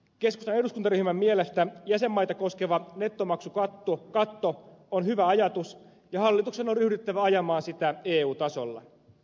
keskustan eduskuntaryhmän mielestä jäsenmaita koskeva nettomaksukatto on hyvä ajatus ja hallituksen on ryhdyttävä ajamaan sitä eu tasolla